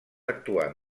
actuar